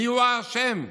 מי האשם?